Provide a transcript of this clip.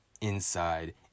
inside